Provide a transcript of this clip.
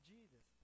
Jesus